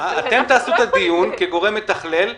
אתם תקיימו את הדיון כגורם מתכלל,